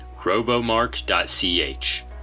robomark.ch